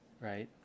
right